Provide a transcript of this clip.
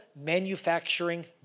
manufacturing